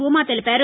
బూమా తెలిపారు